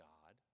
God